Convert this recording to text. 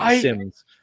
sims